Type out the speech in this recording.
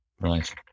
Right